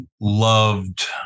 loved